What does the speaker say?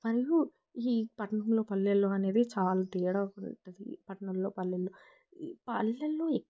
మరియు ఈ పట్నంలో పల్లెల్లో అనేది చాలా తేడా ఉంటుంది పట్నంలో పల్లెల్లో వాళ్ళల్లో